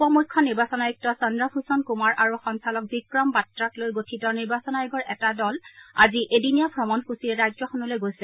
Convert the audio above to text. উপ মুখ্য নিৰ্বাচন আয়ুক্ত চন্দ্ৰ ভূষণ কুমাৰ আৰু সঞ্চালক বিক্ৰম বাট্টাক লৈ গঠিত নিৰ্বাচন আয়োগৰ এটা দল আজি এদিনীয়া অমণসূচীৰে ৰাজ্যখনলৈ গৈছে